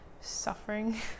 suffering